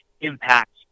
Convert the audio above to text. impact